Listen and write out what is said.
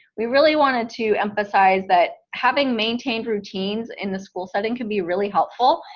we really wanted to emphasize that having maintained routines in the school setting can be really helpful,